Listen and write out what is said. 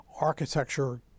architecture